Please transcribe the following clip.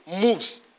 moves